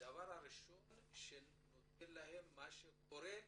הדבר הראשון שנותן להם את מה שקורה,